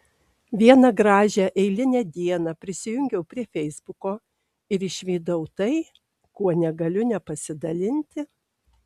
vieną gražią eilinę dieną prisijungiau prie feisbuko ir išvydau tai kuo negaliu nepasidalinti